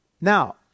Now